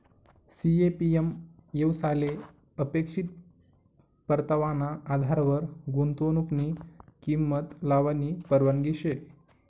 CAPM येवसायले अपेक्षित परतावाना आधारवर गुंतवनुकनी किंमत लावानी परवानगी शे